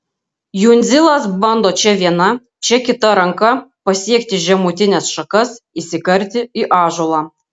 jundzilas bando čia viena čia kita ranka pasiekti žemutines šakas įsikarti į ąžuolą